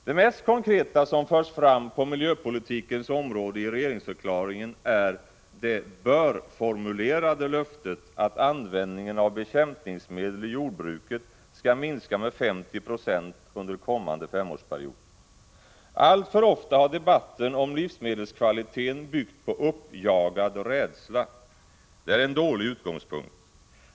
Det mest konkreta som förs fram på miljöpolitikens område i regeringsförklaringen är det bör-formulerade löftet att användningen av bekämpningsmedel i jordbruket skall minskas med 50 96 under kommande femårsperiod. Alltför ofta har debatten om livsmedelskvaliteten byggt på uppjagad rädsla. Det är en dålig utgångspunkt.